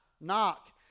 Knock